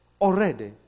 already